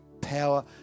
power